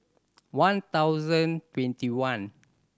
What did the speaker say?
one thousand twenty one